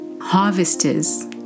Harvesters